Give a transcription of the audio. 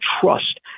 trust